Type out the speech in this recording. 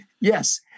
Yes